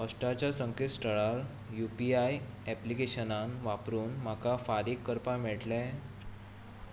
हॉटस्टारच्या संकेत थळार U P I ऍप्लिकेशनां वापरून म्हाका फारीक करपाक मेळटलें